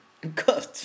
Good